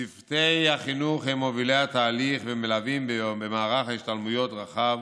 צוותי החינוך הם מובילי התהליך ומלֻווים במערך השתלמויות רחב